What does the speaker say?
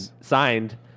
signed